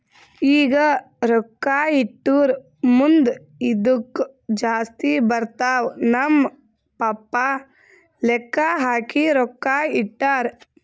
ಈಗ ರೊಕ್ಕಾ ಇಟ್ಟುರ್ ಮುಂದ್ ಇದ್ದುಕ್ ಜಾಸ್ತಿ ಬರ್ತಾವ್ ನಮ್ ಪಪ್ಪಾ ಲೆಕ್ಕಾ ಹಾಕಿ ರೊಕ್ಕಾ ಇಟ್ಟಾರ್